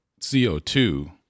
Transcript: CO2